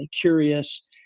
curious